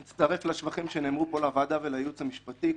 אני מצטרף לשבחים שנאמרו פה לוועדה ולייעוץ המשפטי.